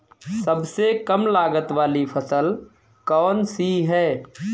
सबसे कम लागत वाली फसल कौन सी है?